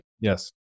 Yes